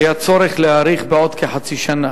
היה צורך להאריך בעוד כחצי שנה.